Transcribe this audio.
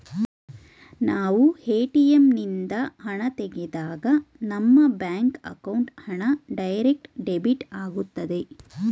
ನಾವು ಎ.ಟಿ.ಎಂ ನಿಂದ ಹಣ ತೆಗೆದಾಗ ನಮ್ಮ ಬ್ಯಾಂಕ್ ಅಕೌಂಟ್ ಹಣ ಡೈರೆಕ್ಟ್ ಡೆಬಿಟ್ ಆಗುತ್ತದೆ